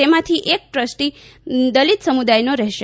તેમાંથી એક ટ્રસ્ટી દલિત સમુદાયનો રહેશે